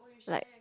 like